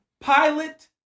pilot